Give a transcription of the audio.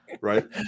right